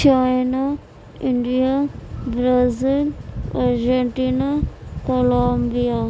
China India Brazil Argentina Columbia